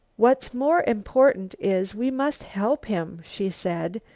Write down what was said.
what's more important is, we must help him, she said,